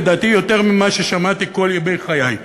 לדעתי יותר ממה ששמעתי כל ימי חיי.